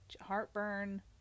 heartburn